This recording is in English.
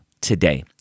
today